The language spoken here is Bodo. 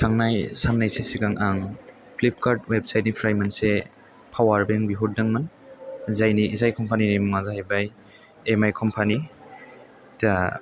थांनाय साननैसो सिगां आं प्लिप कार्ट वेपसाइटनिफ्राय आं मोनसे पावार बेंक बिहरदोंमोन जायनि जाय कम्फानिनि मुङा जाहैबाय एम आइ कम्पानि दा